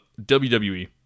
WWE